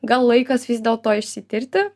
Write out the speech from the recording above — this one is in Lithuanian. gal laikas vis dėlto išsitirti